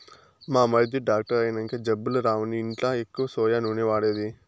మా మరిది డాక్టర్ అయినంక జబ్బులు రావని ఇంట్ల ఎక్కువ సోయా నూనె వాడేది